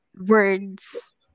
words